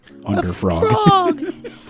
underfrog